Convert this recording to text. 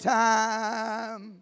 time